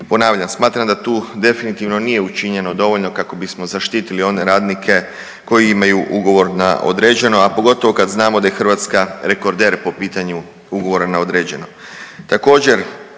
Ponavljam, smatram da tu definitivno nije učinjeno dovoljno kako bismo zaštitili one radnike koji imaju ugovor na određeno, a pogotovo kad znamo da je Hrvatska rekorder po pitanju ugovora na određeno.